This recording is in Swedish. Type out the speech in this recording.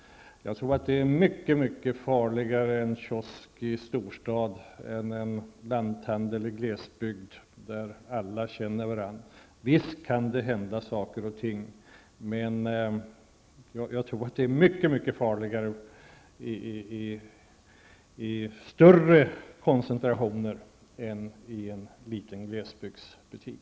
Jag tror att det är mycket farligare med en kiosk i en storstad än en lanthandel i glesbygden där alla känner varandra. Visst kan det hända saker och ting även där, men det är ändå mycket farligare i större koncentrationer än det är i en liten glesbygdsbutik.